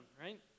right